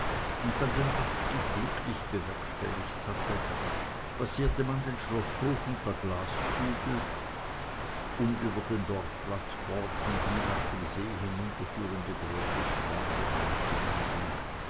und dann den abstieg glücklich bewerkstelligt hatte passierte man den schloßhof mit der glaskugel um über den dorfplatz fort in die nach dem see hinunterführende große straße einzubiegen